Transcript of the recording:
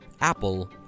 apple